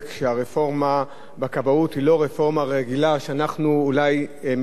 שאנחנו אולי מפעם לפעם נתקלים ואנחנו דנים בה בכנסת.